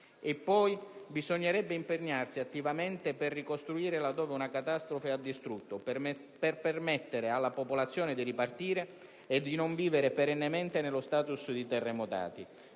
Bisognerà poi impegnarsi attivamente per ricostruire laddove una catastrofe ha distrutto, per permettere alla popolazione di ripartire e di non vivere perennemente nello *status* di terremotati.